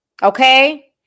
Okay